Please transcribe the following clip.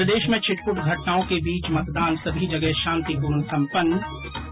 प्रदेश में छिटपुट घटनाओं के बीच मतदान सभी जगह शांतिपूर्ण संपन्न हुआ